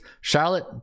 Charlotte